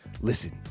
Listen